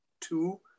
two